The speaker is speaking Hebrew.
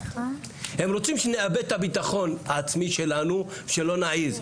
הם שנאבד את הביטחון העצמי שלנו, שלא נעז.